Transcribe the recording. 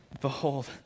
Behold